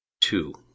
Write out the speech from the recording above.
two